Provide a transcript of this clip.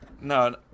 No